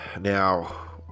now